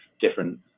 different